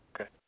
okay